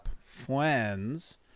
friends